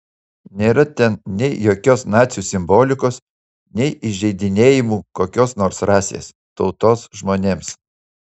nėra ten nei jokios nacių simbolikos nei įžeidinėjimų kokios nors rasės tautos žmonėms